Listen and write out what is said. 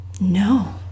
no